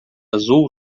azul